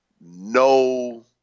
No